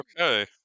Okay